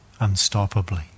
unstoppably